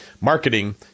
marketing